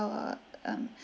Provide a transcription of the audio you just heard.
our um